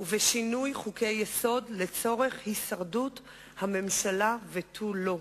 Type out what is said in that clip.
ובשינוי חוקי-יסוד לצורך הישרדות הממשלה ותו לא.